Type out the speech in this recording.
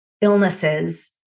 illnesses